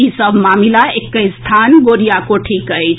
ई सभ मामिला एकहि स्थान गोरियाकोठीक अछि